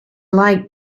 like